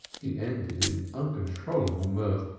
he ended in uncontrollable mirth,